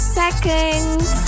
seconds